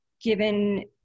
given